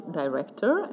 director